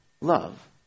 Love